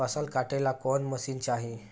फसल काटेला कौन मशीन चाही?